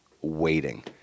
Waiting